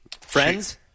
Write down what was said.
Friends